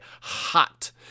hot